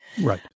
right